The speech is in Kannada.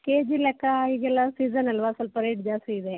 ಕೆಜಿ ಲೆಕ್ಕ ಈಗೆಲ್ಲ ಸೀಸನ್ ಅಲ್ವಾ ಸ್ವಲ್ಪ ರೇಟ್ ಜಾಸ್ತಿ ಇದೆ